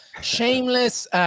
shameless